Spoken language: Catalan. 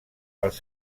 els